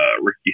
Ricky